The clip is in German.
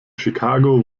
chicago